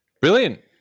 Brilliant